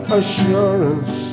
assurance